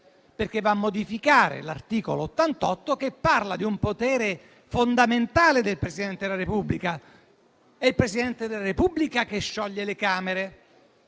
perché va a modificare l'articolo 88, che parla di un potere fondamentale del Presidente della Repubblica: è il Presidente della Repubblica che scioglie le Camere.